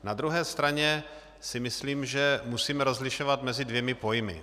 Na druhé straně si myslím, že musíme rozlišovat mezi dvěma pojmy.